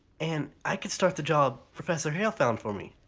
and i could start that job professor hale found for me.